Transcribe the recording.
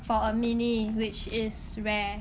for a mini which is rare